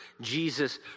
Jesus